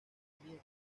dormían